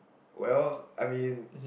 well I mean